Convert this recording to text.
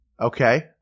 Okay